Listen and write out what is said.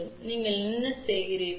எனவே நீங்கள் என்ன செய்கிறீர்கள்